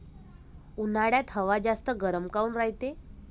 उन्हाळ्यात हवा जास्त गरम काऊन रायते?